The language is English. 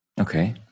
Okay